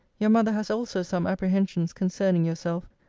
your mother has also some apprehensions concerning yourself,